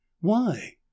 Why